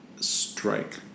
strike